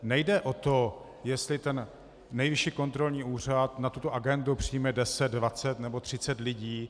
Nejde o to, jestli ten Nejvyšší kontrolní úřad na tuto agendu přijme 10, 20 nebo 30 lidí.